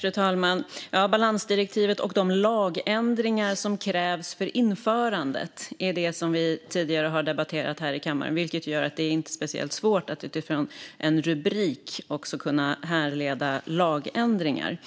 Fru talman! Balansdirektivet och de lagändringar som krävs för införandet är det vi har debatterat här i kammaren tidigare. Det är inte speciellt svårt att utifrån rubriken också kunna härleda lagändringar.